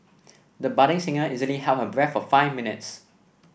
the budding singer easily held her breath for five minutes